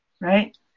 right